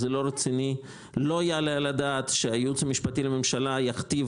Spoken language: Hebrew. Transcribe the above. זה לא רציני .לא יעלה על הדעת שהייעוץ המשפטי לממשלה יכתיב